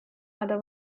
other